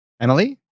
Emily